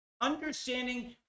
understanding